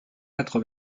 quatre